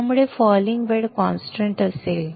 त्यामुळे फॉलींग वेळ कॉन्स्टंट असेल